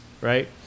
right